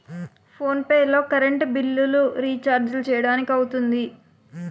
phone pay లో current బిల్లులు, రిచార్జీలు చేయడానికి అవుతుంది